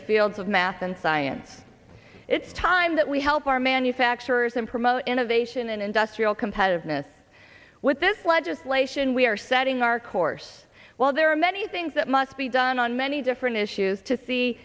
the fields of math and science it's time that we help our manufacturers and promote innovation and industrial competitiveness with this legislation we are setting our course while there are many things that must be done on many different issues to see